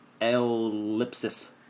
ellipsis